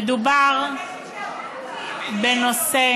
מדובר בנושא